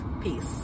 Peace